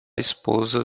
esposa